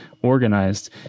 organized